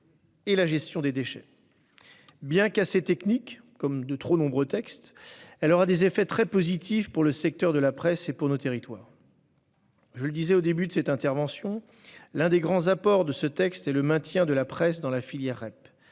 et la gestion des déchets. Bien qu'assez technique, comme de trop nombreux textes, elle aura des effets très positifs pour le secteur de la presse et pour nos territoires. Je le disais au début de cette intervention, l'un des grands apports de ce texte est le maintien de la presse dans la filière REP.